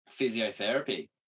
physiotherapy